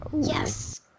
Yes